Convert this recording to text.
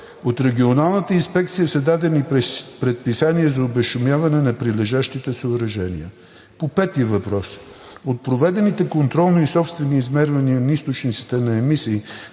От Регионалната инспекция са дадени предписания за обезшумяване на прилежащите съоръжения. По петия въпрос. От проведените контролни и собствени измервания на източниците на емисии